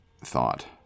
thought